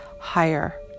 higher